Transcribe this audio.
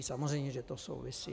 Samozřejmě, že to souvisí.